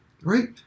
right